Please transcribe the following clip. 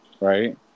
Right